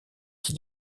qui